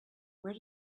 where